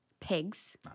pigs